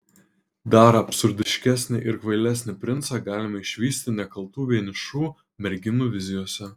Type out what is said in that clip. dar absurdiškesnį ir kvailesnį princą galime išvysti nekaltų vienišų merginų vizijose